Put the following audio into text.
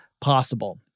possible